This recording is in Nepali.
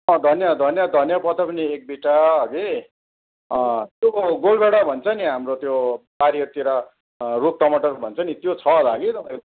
अँ धनियाँ धनियाँ धनियाँ पत्ता पनि एक बिटा हगि त्यो गोलभेडा भन्छ नि हाम्रो त्यो बारीहरूतिर रुख टमाटर भन्छ नि त्यो छ होला हगि तपाईँ